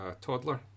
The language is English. toddler